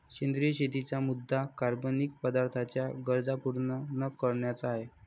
सेंद्रिय शेतीचा मुद्या कार्बनिक पदार्थांच्या गरजा पूर्ण न करण्याचा आहे